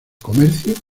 comercio